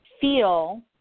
feel